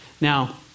Now